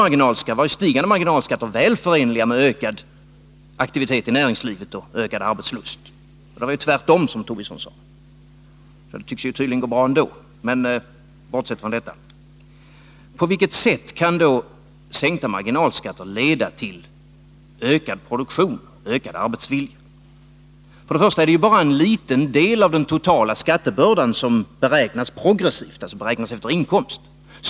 Då var stigande marginalskatter väl förenliga med ökad aktivitet i näringslivet och ökad arbetslust, alltså tvärtemot vad Lars Tobisson sade. Det gick tydligen bra ändå. Bortsett från detta: På vilket sätt kan sänkta marginalskatter leda till ökad produktion och ökad arbetsvilja? Det är ju bara en liten del av den totala skattebördan som beräknas progressivt, dvs. efter inkomst.